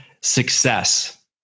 success